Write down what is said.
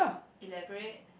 elaborate